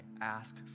ask